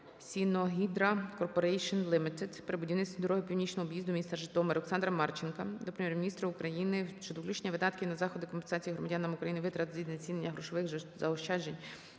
Sinohydra Corporation Limited при будівництві дороги північного об'їзду міста Житомир. Олександра Марченка до Прем'єр-міністра України щодо включення видатків на заходи компенсації громадянам України витрат від знецінення грошових заощаджень